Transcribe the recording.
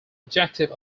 objective